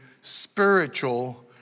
spiritual